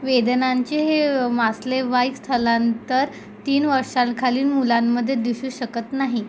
वेदनांचे हे मासलेवाईक स्थलांतर तीन वर्षांखालील मुलांमध्ये दिसू शकत नाही